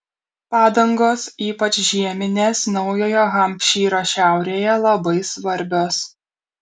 padangos ypač žieminės naujojo hampšyro šiaurėje labai svarbios